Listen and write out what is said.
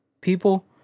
people